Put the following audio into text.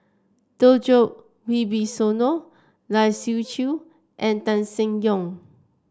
Djoko Wibisono Lai Siu Chiu and Tan Seng Yong